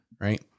right